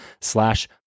slash